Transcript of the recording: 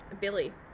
Billy